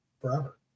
forever